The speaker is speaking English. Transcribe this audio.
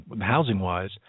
housing-wise